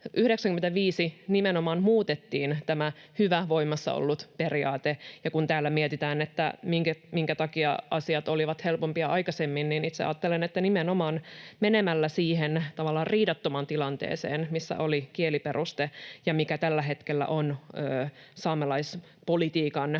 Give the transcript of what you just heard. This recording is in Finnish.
95 nimenomaan muutettiin tämä hyvä, voimassa ollut periaate. Ja kun täällä mietitään, minkä takia asiat olivat helpompia aikaisemmin, niin itse ajattelen, että nimenomaan menemällä siihen tavallaan riidattomaan tilanteeseen, missä oli kieliperuste ja mikä tällä hetkellä on saamelaispolitiikan